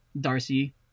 darcy